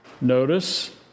Notice